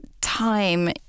time